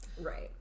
right